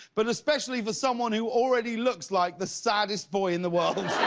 but especially for someone who already looks like the saddest boy in the world.